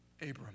Abram